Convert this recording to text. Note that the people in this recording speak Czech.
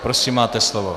Prosím, máte slovo.